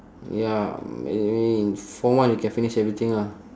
ya maybe in four month you can finish everything ah